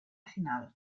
final